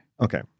Okay